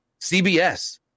CBS